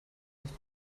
dass